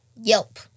Yelp